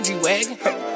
G-Wagon